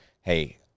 hey